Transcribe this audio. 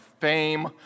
fame